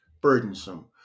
burdensome